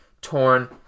torn